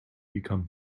become